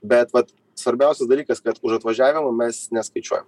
bet vat svarbiausias dalykas kad už atvažiavimą mes neskaičiuojam